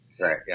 right